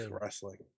wrestling